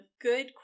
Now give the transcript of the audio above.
good